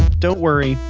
don't worry,